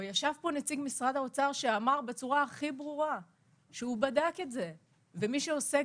וישב פה נציג משרד האוצר שאמר בצורה הכי ברורה שהוא בדק את זה ומי שעוסק